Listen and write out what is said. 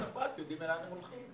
הפרט בזה שיודעים לאן הם הולכים.